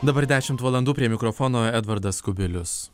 dabar dešimt valandų prie mikrofono edvardas kubilius